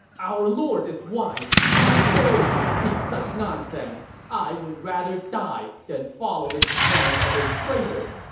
our lord is wise. how dare you speak such nonsense! i would rather die than follow the command of a traitor!